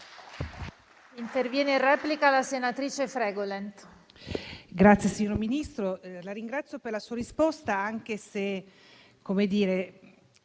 intervenire in replica la senatrice Fregolent,